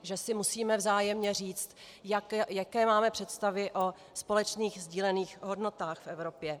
Že si musíme vzájemně říct, jaké máme představy o společných sdílených hodnotách v Evropě.